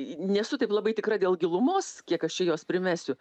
nesu taip labai tikra dėl gilumos kiek aš čia jos primesiu